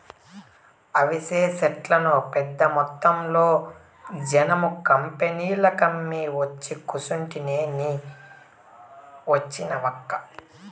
అవిసె సెట్లను పెద్దమొత్తంలో జనుము కంపెనీలకమ్మి ఒచ్చి కూసుంటిని నీ వచ్చినావక్కా